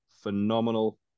phenomenal